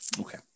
Okay